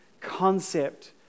concept